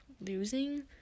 losing